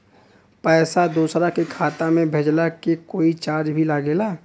पैसा दोसरा के खाता मे भेजला के कोई चार्ज भी लागेला?